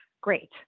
great